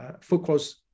Focus